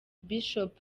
bishop